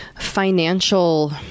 financial